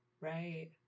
Right